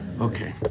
Okay